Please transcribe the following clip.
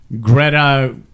Greta